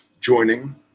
joining